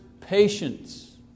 patience